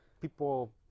people